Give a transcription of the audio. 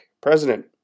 president